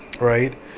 right